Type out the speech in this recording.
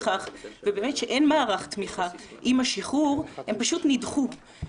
בכך ובאמת שאין מערך תמיכה עם השחרור הם פשוט נדחו.